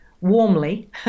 warmly